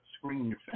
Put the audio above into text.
screen